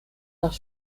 nach